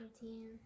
team